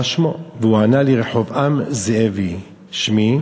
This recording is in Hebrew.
מה שמו, והוא ענה לי: רחבעם זאבי שמי,